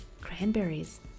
cranberries